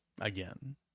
again